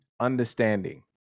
understanding